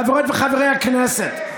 חברות וחברי הכנסת,